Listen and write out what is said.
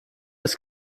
ist